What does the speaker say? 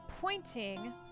pointing